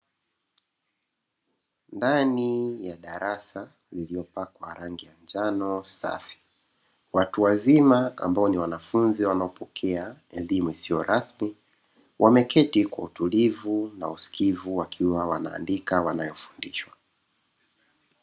Ndani ya darasa lililopakwa rangi ya njano safi, watu wazima ambao ni wanafunzi wanaopokea elimu isiyo rasmi, wameketi kwa utulivu na usikivu wakiwa wanaandika wanayofundishwa.